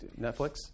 Netflix